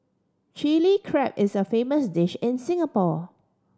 Chilli Crab is a famous dish in Singapore